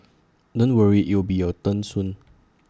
don't worry IT will be your turn soon